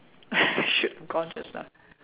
should gone just now